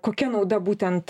kokia nauda būtent